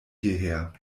hierher